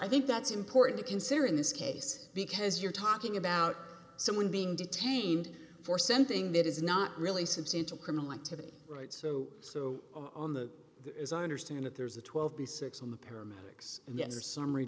i think that's important to consider in this case because you're talking about someone being detained for sending that is not really substantial criminal activity right so so on the as i understand it there's a twelve b six on the paramedics and yes or summary